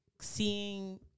seeing